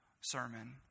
sermon